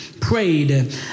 Prayed